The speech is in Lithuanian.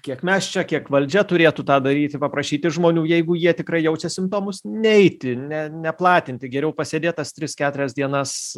kiek mes čia kiek valdžia turėtų tą daryti paprašyti žmonių jeigu jie tikrai jaučia simptomus neiti ne neplatinti geriau pasėdėt tas tris keturias dienas